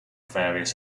various